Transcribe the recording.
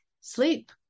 sleep